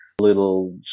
little